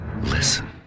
Listen